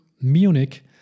Munich